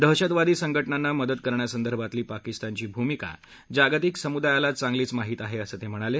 दहशतवादी संघटनांना मदत करण्यासंदर्भातली पाकिस्तानची भूमिका जागतिक समुदायाला चांगलीच माहित आहे असं ते म्हणाले